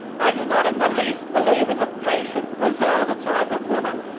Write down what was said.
i do not in the least believe in the patient griselda type of woman,